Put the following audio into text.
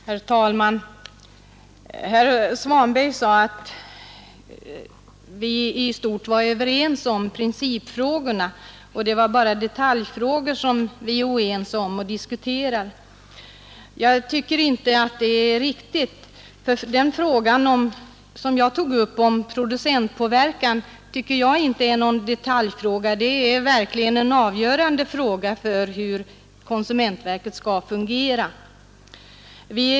Herr talman! Herr Svanberg sade att vi i stort var överens om principfrågorna och att det bara är detaljfrågor som vi diskuterar. Jag tycker inte att det är riktigt. Den fråga som jag tog upp om producentpåverkan är enligt min uppfattning inte någon detaljfråga. Det är verkligen en avgörande fråga för hur konsumentverket skall fungera.